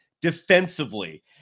defensively